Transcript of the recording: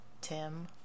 Tim